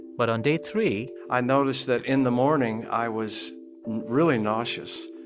but on day three. i noticed that in the morning, i was really nauseous.